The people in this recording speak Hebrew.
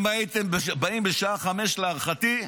אם הייתם באים בשעה 17:00, להערכתי,